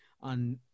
on